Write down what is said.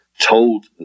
told